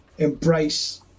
Embrace